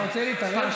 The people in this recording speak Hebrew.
אתה רוצה להתערב?